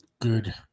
Good